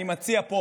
אני מציע פה